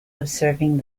observing